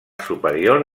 superior